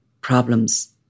problems